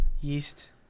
yeast